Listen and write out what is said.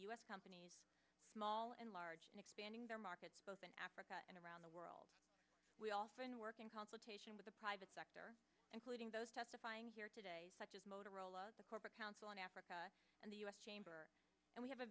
s companies small and large and expanding their markets both in africa and around the world we often work in consultation with the private sector including those testifying here today such as motorola the corporate council on africa and the u s chamber and we have a